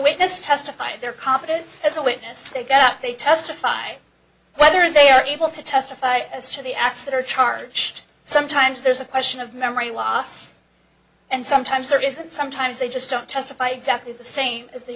witness testify they're competent as a witness they go up they testify whether they are able to testify as to the acts that are charged sometimes there's a question of memory loss and sometimes there is sometimes they just don't testify exactly the same as the